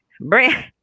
bring